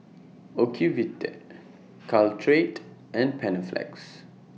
Ocuvite Caltrate and Panaflex